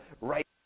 right